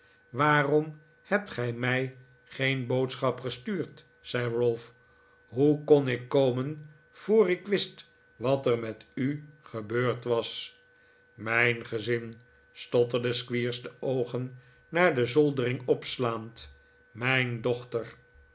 waarom hebt gij mij geen boodschap gestuurd zei ralph hoe kon ik komen voor ik wist wat er met li gebeurd was mijn gezin stotterde squeers de obgen naar de zoldering opslaand mijn dochter